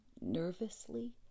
nervously